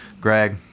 Greg